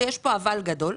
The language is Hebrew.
ויש כאן אבל גדול,